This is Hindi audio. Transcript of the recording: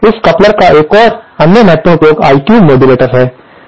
एक कपलर का एक अन्य महत्वपूर्ण अनुप्रयोग IQ मॉड्यूलेटर में है